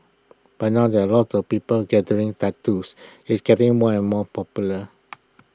but now there are A lot of people gathering tattoos it's getting more and more popular